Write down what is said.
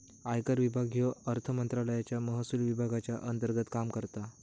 आयकर विभाग ह्यो अर्थमंत्रालयाच्या महसुल विभागाच्या अंतर्गत काम करता